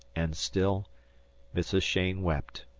and still mrs. cheyne wept.